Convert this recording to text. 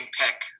pick